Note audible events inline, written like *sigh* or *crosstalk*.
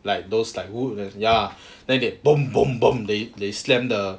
like those like wood 的 ya then they *noise* they they slammed the